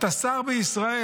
אתה שר בישראל.